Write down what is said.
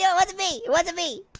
yeah wasn't me, wasn't me.